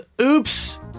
Oops